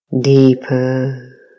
deeper